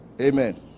Amen